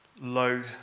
...low